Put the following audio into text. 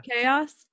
chaos